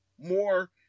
more